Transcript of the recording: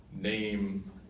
name